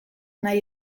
nahi